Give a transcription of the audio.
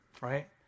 right